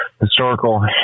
historical